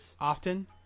often